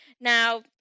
Now